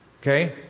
Okay